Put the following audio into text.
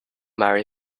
marry